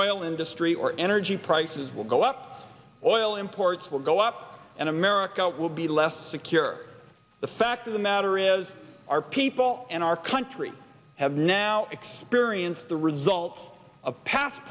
oil industry or energy prices will go up oil imports will go up and america will be less secure the fact of the matter is our people and our country have now experienced the results of past